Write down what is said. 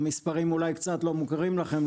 המספרים אולי קצת לא מוכרים לכם.